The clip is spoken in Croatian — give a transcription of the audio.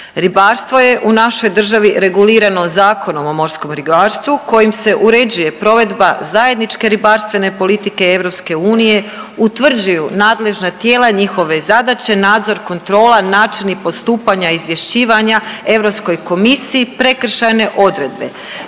Ribarstvo je u našoj državi regulirano Zakonom o morskom ribarstvu kojim se uređuje provedba zajedničke ribarstvene politike EU, utvrđuju nadležna tijela i njihove zadaće, nadzor i kontrola, načini postupanja i izvješćivanja Europskoj komisiji i prekršajne odredbe.